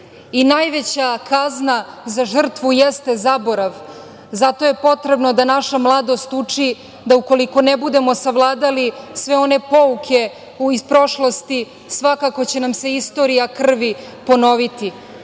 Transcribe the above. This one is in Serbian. kazna za žrtvu jeste zaborav. Zato je potrebno da naša mladost uči da ukoliko ne budemo savladali sve one pouke iz prošlosti, svakako će nam se istorija krvi ponoviti. Najteža